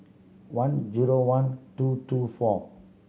one zero one two two four